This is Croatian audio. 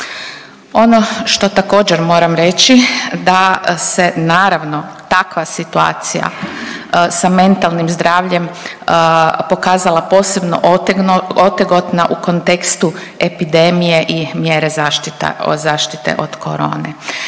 Ono što također moram reći da se naravno takva situacija sa mentalnim zdravljem pokazala posebno otegotna u kontekstu epidemije i mjere zašita, zaštite od korone.